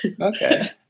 okay